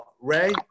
Ray